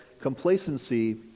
complacency